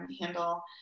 handle